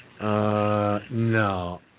No